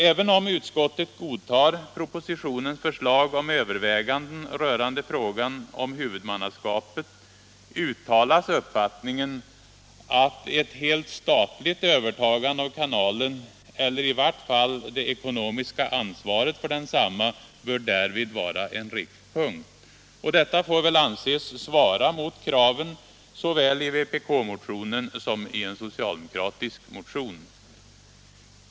Även om utskottet godtar propositionens förslag om överväganden rörande frågan om huvudmannaskapet uttalas uppfattningen att ett ”helt statligt övertagande av kanalen eller i vart fall det ekonomiska ansvaret för densamma bör därvid vara en riktpunkt”, och detta får väl anses svara mot kraven såväl i vpk-motionen som i en socialdemokratisk motion.